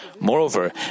Moreover